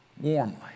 warmly